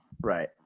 Right